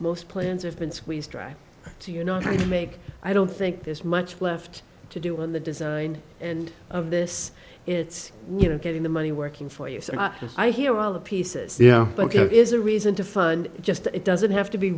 most plans have been squeezed dry so you know trying to make i don't think there's much left to do in the design and of this it's you know getting the money working for you so i hear all the pieces yeah but your is a reason to fund just it doesn't have to be